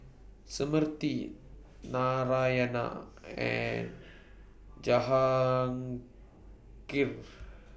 Smriti Narayana and Jahangir